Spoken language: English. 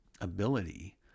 ability